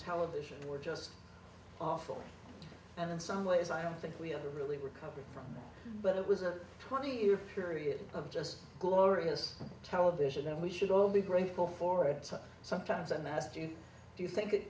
television were just awful and in some ways i don't think we have a really recovered from that but it was a twenty year period of just glorious television and we should all be grateful for it sometimes and i asked you do you think it